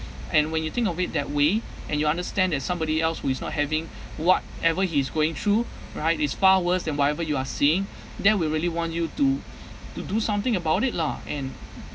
and when you think of it that way and you understand that somebody else who is not having whatever he's going through right is far worse than whatever you are seeing then we really want you to to do something about it lah and